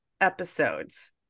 episodes